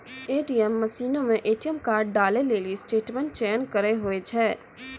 ATM मशीनो मे ATM card डालै लेली स्टेटमेंट चयन करे होय छै